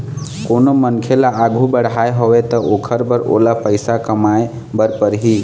कोनो मनखे ल आघु बढ़ना हवय त ओखर बर ओला पइसा कमाए बर परही